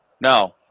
no